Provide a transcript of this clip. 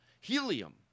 Helium